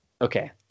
Okay